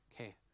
okay